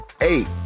eight